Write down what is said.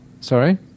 Sorry